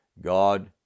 God